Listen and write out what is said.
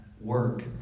work